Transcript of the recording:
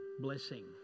blessing